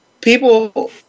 People